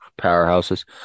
powerhouses